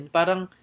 Parang